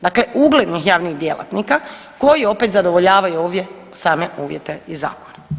Dakle, uglednih javnih djelatnika koji opet zadovoljavaju ovdje same uvjete iz zakona.